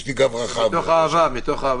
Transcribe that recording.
יש לי גב רחב --- מתוך אהבה והערכה.